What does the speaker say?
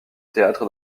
théâtre